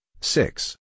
six